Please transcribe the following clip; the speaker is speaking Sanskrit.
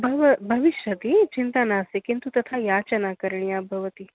भव् भविष्यति चिन्ता नास्ति किन्तु तथा याचना करणीया भवती